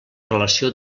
relació